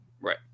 Right